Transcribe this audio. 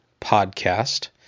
Podcast